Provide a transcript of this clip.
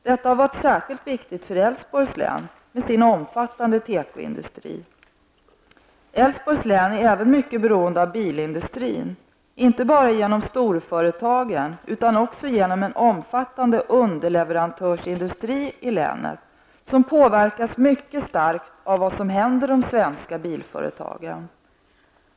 Detta har varit särskilt viktigt för Älvsborgs län är även mycket beroende av bilindustrin inte bara genom storföretagen utan också genom en omfattande underleverantörsindustri i länet, som också påverkas mycket starkt av vad som händer de svenska bilföretagen.